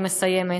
היא מסיימת,